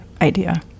idea